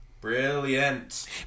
Brilliant